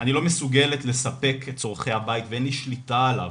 "אני לא מסוגלת לספק את צרכי הבית ואין לי שליטה עליו.